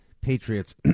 patriots